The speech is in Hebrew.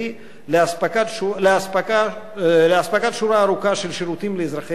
למתן שורה ארוכה של שירותים לאזרחי המדינה.